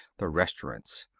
the restaurants.